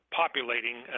populating